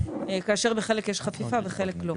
כאשר בחלק יש חפיפה ובחלק לא.